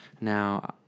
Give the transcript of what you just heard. now